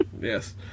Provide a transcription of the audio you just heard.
Yes